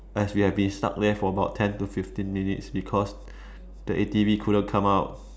as we have been stuck there for about ten to fifteen minutes because the A_T_V couldn't come out